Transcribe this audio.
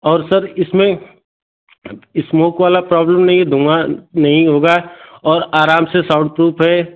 और सर इसमें इस्मोक वाला प्रॉब्लम नहीं है धुँआ नहीं होगा और आराम से साउंडप्रूफ है